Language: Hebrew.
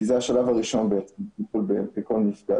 כי זה השלב הראשון לטיפול בכל מפגע.